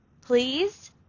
Please